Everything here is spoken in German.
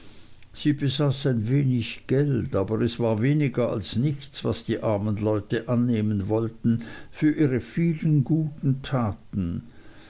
sie besaß ein wenig geld aber es war weniger als nichts was die armen leute annehmen wollten für ihre vielen guten taten